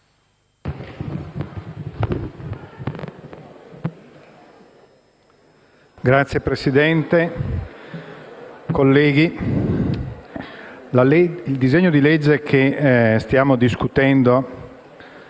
Signor Presidente, colleghi, il disegno di legge che stiamo discutendo